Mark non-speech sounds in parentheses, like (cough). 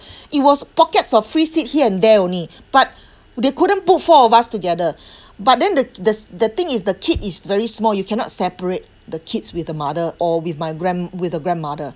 (breath) it was pockets of free seat here and they only but they couldn't put four of us together (breath) but then the the the thing is the kid is very small you cannot separate the kids with the mother or with my grand~ with the grandmother